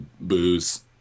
booze